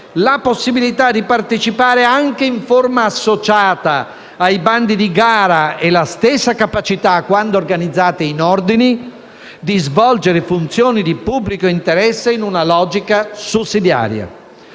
la possibilità di partecipare, anche in forma associata, ai bandi di gara e la stessa capacità, quando organizzate in ordini, di svolgere funzioni di pubblico interesse in una logica sussidiaria.